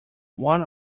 what